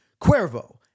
Cuervo